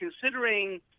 considering